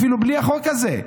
אפילו בלי החוק הזה.